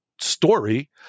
story